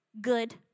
Good